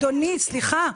אדוני, סליחה,